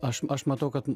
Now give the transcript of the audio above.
aš aš matau kad